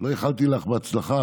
לא איחלתי לך הצלחה.